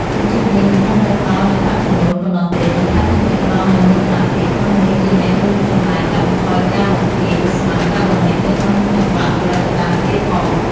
អាជីពនេះមិនត្រឹមតែផ្ដល់នូវប្រាក់ចំណូលប៉ុណ្ណោះទេ ប៉ុន្តែថែមទាំងផ្ដល់នូវមោទនភាពក្នុងនាមជាអ្នករួមចំណែកកាត់បន្ថយការបំភាយឧស្ម័នកាបូនិចនៅក្នុងចង្វាក់ផលិតកម្មទៀតផង។